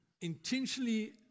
intentionally